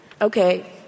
Okay